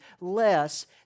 less